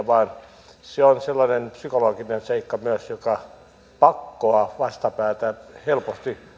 vaan se on sellainen psykologinen seikka myös joka pakkoa vastapäätä helposti